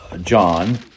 John